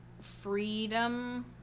freedom